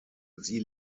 sie